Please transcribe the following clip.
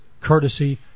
courtesy